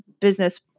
business